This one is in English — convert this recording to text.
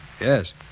Yes